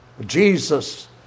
Jesus